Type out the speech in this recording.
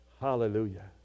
hallelujah